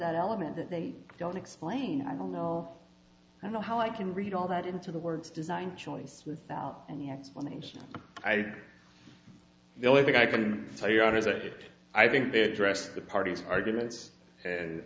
that element that they don't explain i don't know i don't know how i can read all that into the words design choice without any explanation i think the only thing i can say are is that i think their dress the parties arguments and